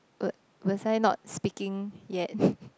wa~ was I not speaking yet